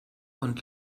und